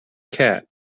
cat